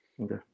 okay